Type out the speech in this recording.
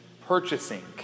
Purchasing